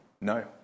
No